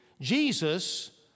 Jesus